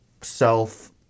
self